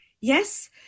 Yes